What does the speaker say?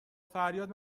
فریاد